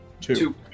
Two